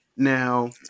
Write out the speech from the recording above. Now